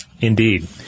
Indeed